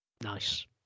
Nice